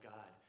God